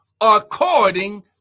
according